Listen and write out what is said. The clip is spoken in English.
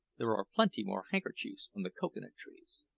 there are plenty more handkerchiefs on the cocoa-nut trees.